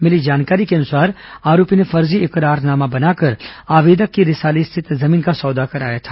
मिली जानकारी के अनुसार आरोपी ने फर्जी इकरारनामा बनाकर आवेदक की रिसाली स्थित जमीन का सौदा कराया था